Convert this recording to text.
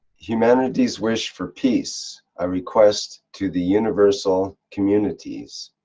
humanities wish for peace a request to the universal communities.